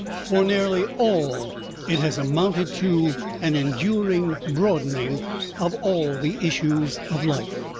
for nearly all it has amounted to an enduring broadening of all the issues of life.